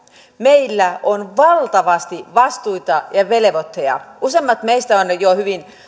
meillä on valtavasti vastuita ja velvoitteita useimmat meistä ovat